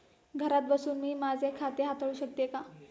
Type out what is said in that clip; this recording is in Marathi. घरात बसून मी माझे खाते हाताळू शकते का?